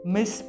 Miss